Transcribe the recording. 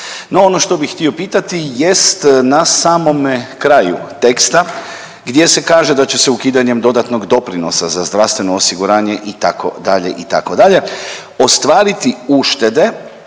No, ono što bih htio pitati jest na samome kraju teksta gdje se kaže da će se ukidanjem dodatnog doprinosa za zdravstveno osiguranje itd. itd. ostvariti uštede,